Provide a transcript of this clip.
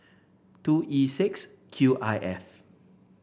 two E six Q I F